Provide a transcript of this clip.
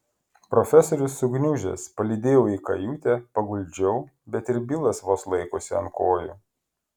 profesorius sugniužęs palydėjau į kajutę paguldžiau bet ir bilas vos laikosi ant kojų